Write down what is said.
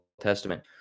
Testament